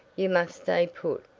you must stay put,